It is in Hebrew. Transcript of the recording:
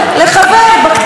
בקטנה.